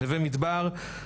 נווה מדבר,